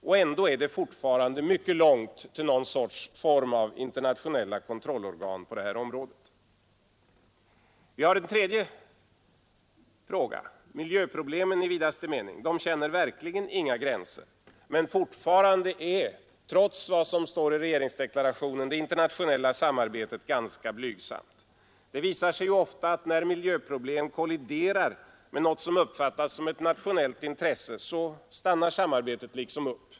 Och ändå är det fortfarande mycket långt till någon sorts form av internationella kontrollorgan på detta område. Vi har en tredje fråga: miljöproblemen i vidaste mening. De känner verkligen inga gränser. Men fortfarande är — trots vad som står i regeringsdeklarationen — det internationella samarbetet ganska blygsamt. Det visar sig ofta att när miljöproblem kolliderar med något som uppfattas som ett nationellt intresse, avstannar samarbetet.